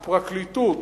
הפרקליטות,